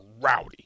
rowdy